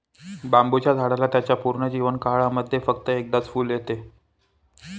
बांबुच्या झाडाला त्याच्या पूर्ण जीवन काळामध्ये फक्त एकदाच फुल येत